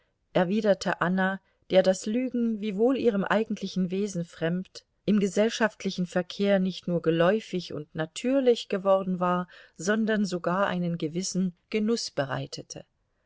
erwiderte anna der das lügen wiewohl ihrem eigentlichen wesen fremd im gesellschaftlichen verkehr nicht nur geläufig und natürlich geworden war sondern sogar einen gewissen genuß bereitete